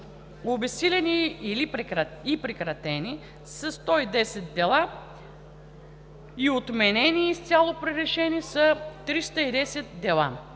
обезсилени и прекратени са 110 дела и отменени и изцяло пререшени са 310 броя.